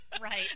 right